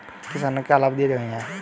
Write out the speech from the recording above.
किसानों को क्या लाभ दिए गए हैं?